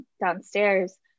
downstairs